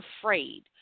afraid